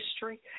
history